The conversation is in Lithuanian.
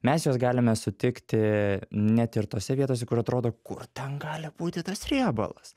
mes juos galime sutikti net ir tose vietose kur atrodo kur ten gali būti tas riebalas